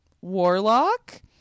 warlock